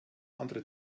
andere